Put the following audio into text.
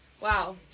wow